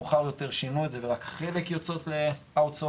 מאוחר יותר שינו את זה ורק חלק יוצאות למיקור חוץ,